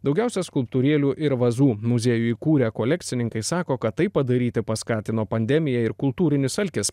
daugiausiai skulptūrėlių ir vazų muziejų įkūrė kolekcininkai sako kad tai padaryti paskatino pandemija ir kultūrinis alkis